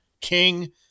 King